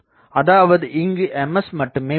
அதாவது இங்கு Ms மட்டுமே உள்ளது